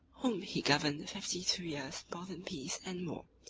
whom he governed fifty-two years both in peace and war.